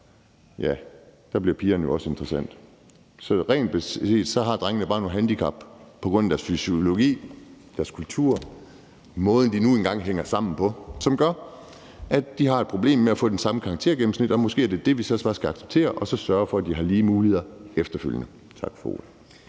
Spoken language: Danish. ja, der bliver pigerne jo også interessante. Så ret beset har drengene bare noget handicap på grund af deres fysiologi, deres kultur og måden, de nu engang hænger sammen på, som gør, at de har et problem med at få det samme karaktergennemsnit. Og måske er det er det, vi så bare skal acceptere, og så sørge for, at de har lige muligheder efterfølgende. Tak for ordet.